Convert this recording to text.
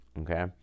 okay